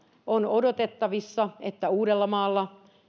on odotettavissa että uudellamaalla